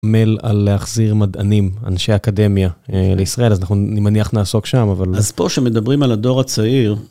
מל על להחזיר מדענים, אנשי אקדמיה, לישראל, אז אנחנו אני מניח נעסוק שם, אבל... אז פה כשמדברים על הדור הצעיר...